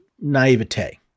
naivete